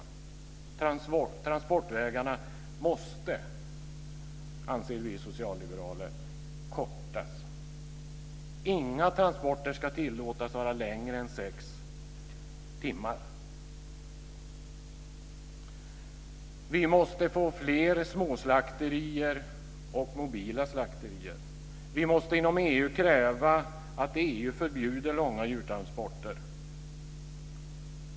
Vi socialliberaler anser att transportsträckorna måste kortas ned. Inga transporter ska tillåtas vara i längre tid än sex timmar. Vi måste få fler småslakterier och mobila slakterier. Vi måste inom EU kräva att EU förbjuder långa djurtransporter.